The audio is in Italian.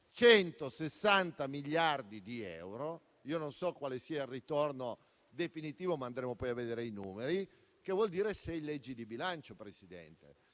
160 miliardi di euro - non so quale sia il ritorno definitivo, andremo poi a vedere i numeri - che vuol dire sei leggi di bilancio, Presidente.